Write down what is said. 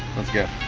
let's go